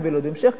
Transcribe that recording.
קיבל עוד המשך,